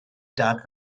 dad